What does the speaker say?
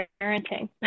parenting